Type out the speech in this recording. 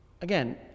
Again